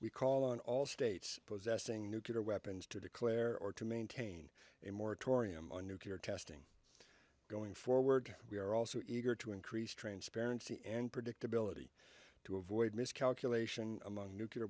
we call on all states possessing nuclear weapons to declare or to maintain a moratorium on nuclear testing going forward we are also eager to increase transparency and predictability to avoid miscalculation among nuclear